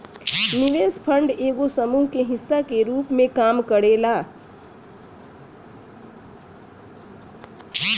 निवेश फंड एगो समूह के हिस्सा के रूप में काम करेला